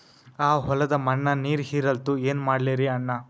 ಆ ಹೊಲದ ಮಣ್ಣ ನೀರ್ ಹೀರಲ್ತು, ಏನ ಮಾಡಲಿರಿ ಅಣ್ಣಾ?